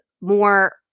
more